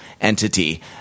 entity